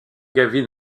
gavin